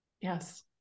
Yes